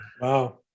Wow